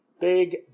Big